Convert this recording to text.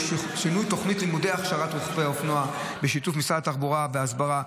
שינוי תוכנית לימודי הכשרת רוכבי האופנוע בשיתוף משרדי התחבורה וההסברה.